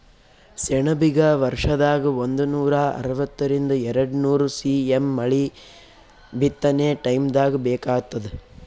ಸೆಣಬಿಗ ವರ್ಷದಾಗ್ ಒಂದನೂರಾ ಅರವತ್ತರಿಂದ್ ಎರಡ್ನೂರ್ ಸಿ.ಎಮ್ ಮಳಿ ಬಿತ್ತನೆ ಟೈಮ್ದಾಗ್ ಬೇಕಾತ್ತದ